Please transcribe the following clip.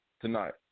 tonight